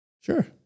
Sure